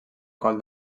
coll